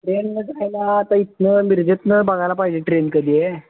ट्रेननं जायला तर इथनं मिरजेतनं बघायला पाहिजे ट्रेन कधी आहे